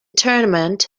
tournament